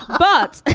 but